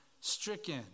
stricken